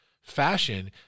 fashion